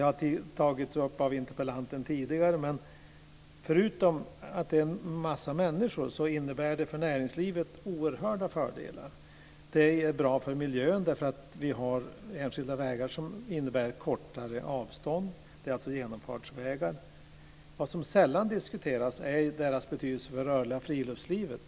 Förutom att de enskilda vägarna berör en massa människor så innebär de oerhörda fördelar för näringslivet. Detta har tagits upp av interpellanten tidigare. De är bra för miljön, därför att enskilda vägar innebär kortare avstånd. De är alltså genomfartsvägar. Vad som sällan diskuteras är de enskilda vägarnas betydelse för det rörliga friluftslivet.